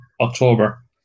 October